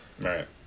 Right